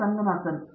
Ranganathan T